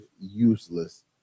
useless